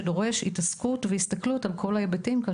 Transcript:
והוא דורש התעסקות והסתכלות על כל ההיבטים.